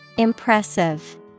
Impressive